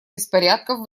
беспорядков